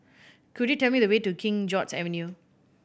could you tell me the way to King George's Avenue